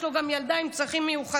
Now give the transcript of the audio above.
יש לו גם ילדה עם צרכים מיוחדים.